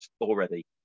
already